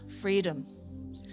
freedom